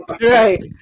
right